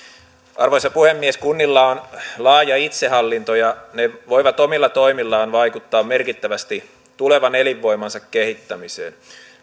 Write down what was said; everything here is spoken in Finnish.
arvoisa puhemies kunnilla on laaja itsehallinto ja ne voivat omilla toimillaan vaikuttaa merkittävästi tulevan elinvoimansa kehittämiseen